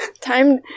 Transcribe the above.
Time